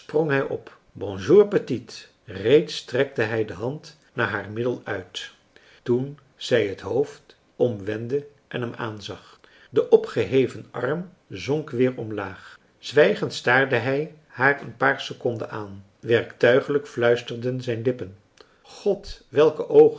hij op bonjour petite reeds strekte hij de hand naar haar middel uit toen zij het hoofd omwendde en hem aanzag de opgeheven arm zonk weer omlaag zwijgend staarde hij haar een paar seconden aan werktuigelijk fluisterden zijn lippen god welke oogen